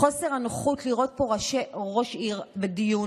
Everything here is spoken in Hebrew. חוסר הנוחות לראות פה ראש עיר בדיון